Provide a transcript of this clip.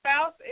spouse